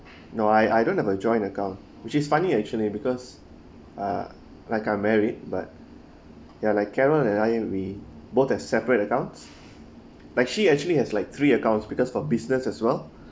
no I I don't have a joint account which is funny actually because uh like I'm married but ya like carol and I we both have separate accounts like she actually has like three accounts because for business as well